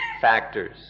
factors